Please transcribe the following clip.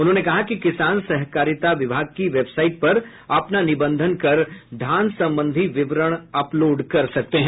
उन्होंने कहा कि किसान सहकारिता विभाग की वेबसाइट पर अपना निबंधन कर धान संबंधी विवरण अपलोड कर सकते हैं